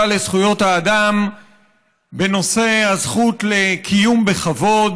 לזכויות האדם בנושא הזכות לקיום בכבוד,